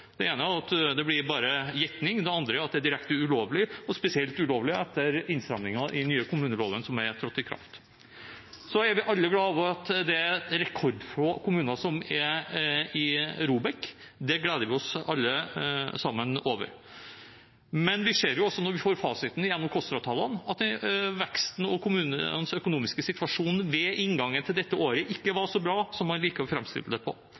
Det ene er at det blir bare gjetting, det andre er at det er direkte ulovlig, spesielt etter innstramningene i den nye kommuneloven som har trådt i kraft. Vi er alle glad for at det er rekordfå kommuner som er i ROBEK. Det gleder vi oss over alle sammen. Men vi ser også når vi får fasiten gjennom KOSTRA-tallene, at veksten og kommunenes økonomiske situasjon ved inngangen til dette året ikke var så bra som man liker å framstille det.